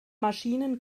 maschinen